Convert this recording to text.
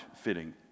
fitting